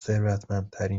ثروتمندترین